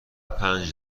پنج